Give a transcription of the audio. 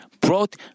brought